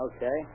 Okay